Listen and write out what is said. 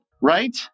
right